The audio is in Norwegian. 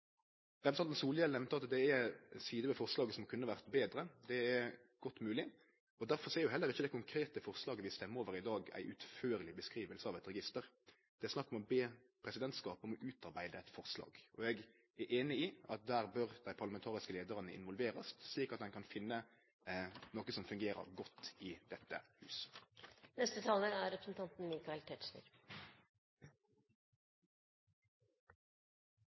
at det er sider ved forslaget som kunne vore betre. Det er godt mogleg. Derfor er heller ikkje det konkrete forslaget vi røystar over i dag, ei utførleg beskriving av eit register. Det er snakk om å be presidentskapet om å utarbeide eit forslag. Eg er einig i at der bør dei parlamentariske leiarane involverast, slik at ein kan finne noko som fungerer godt i dette hus. Først til representanten